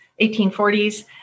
1840s